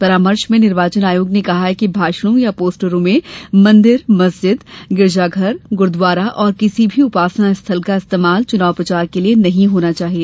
परामर्श में निर्वाचन आयोग ने कहा कि भाषणों या पोस्टरों में मंदिर मस्जिद गिरजाधर गुरूद्वारा और किसी भी उपासना स्थल का इस्तेमाल चुनाव प्रचार के लिए नहीं होना चाहिए